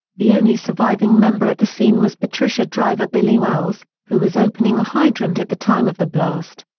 the only surviving member at the scene was patricia driver billy wells, who was opening a hydrant at the time of the blast.